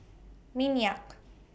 Minyak